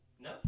No